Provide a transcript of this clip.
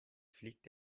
fliegt